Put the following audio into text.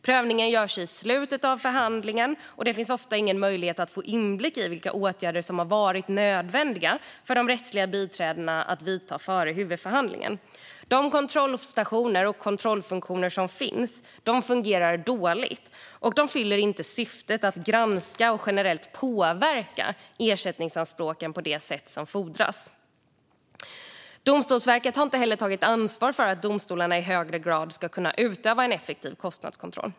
Prövningen görs i slutet av förhandlingen, och det finns ofta ingen möjlighet att få inblick i vilka åtgärder som har varit nödvändiga för de rättsliga biträdena att vidta före huvudförhandlingen. De kontrollstationer och kontrollfunktioner som finns fungerar dåligt och fyller inte syftet att granska och generellt påverka ersättningsanspråken på det sätt som fordras. Domstolsverket har inte heller tagit ansvar för att domstolarna i högre grad ska kunna utöva en effektiv kostnadskontroll.